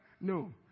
No